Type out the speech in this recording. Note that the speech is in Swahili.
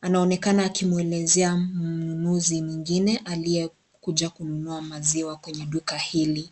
anaonekana akimwelezea mnunuzi mwingine aliyekuja kununua maziwa kwenye duka hili.